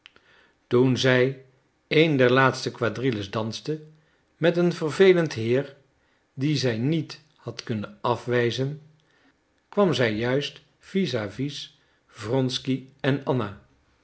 toen zij een der laatste quadrilles danste met een vervelend heer dien zij niet had kunnen afwijzen kwam zij juist vis à vis wronsky en anna